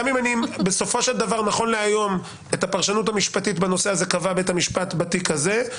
את הפרשנות המשפטית בנושא הזה קבע בית המשפט בתיק הזה.